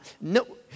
No